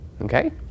Okay